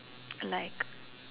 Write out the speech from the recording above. like